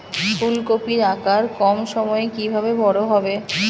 ফুলকপির আকার কম সময়ে কিভাবে বড় হবে?